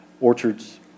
orchards